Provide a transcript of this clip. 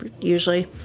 usually